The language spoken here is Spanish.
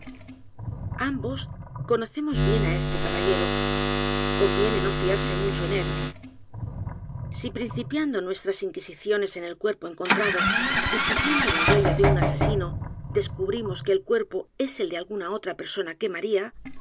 ambos conocemos bien á este caballero conviene no fiarse mucho en él si principiando nuestras inquisiciones en el cuerpo encontrado y siguiendo la huella de un asesino descubrimos que el cuerpo es el de alguna otra persona que maría